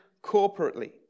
corporately